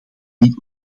niet